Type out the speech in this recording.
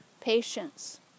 patience